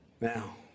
Now